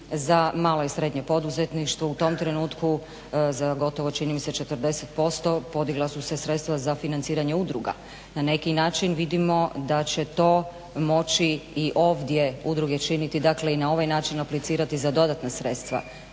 za malo i srednje poduzetništvo u tom trenutku za gotovo čini mi se 40% podigla su se sredstva za financiranje udruga. Na neki način vidimo da će to moći i ovdje udruge činiti, dakle i na ovaj način aplicirati za dodatna sredstva.